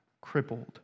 crippled